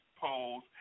polls